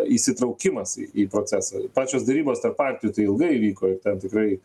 įsitraukimas į į procesą pačios derybos tarp partijų tai ilgai vyko ir ten tikrai